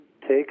take